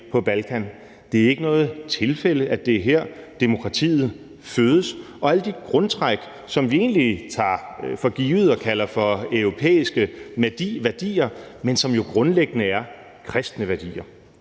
på Balkan; det er ikke noget tilfælde, at det er her, demokratiet fødes og alle de grundtræk, som vi egentlig tager for givet og kalder for europæiske værdier, men som jo grundlæggende er kristne værdier.